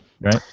right